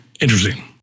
interesting